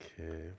Okay